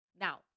Now